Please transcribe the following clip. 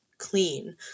clean